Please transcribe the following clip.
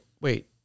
wait